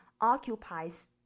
occupies